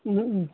ꯎꯝ ꯎꯝ